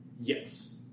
Yes